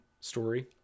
story